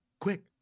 Quick